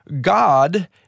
God